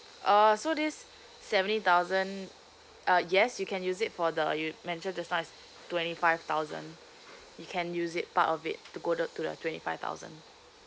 uh so this seventy thousand uh yes you can use it for the you mentioned just now is twenty five thousand you can use it part of it to go the to the twenty five thousand